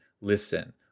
listen